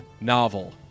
novel